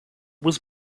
was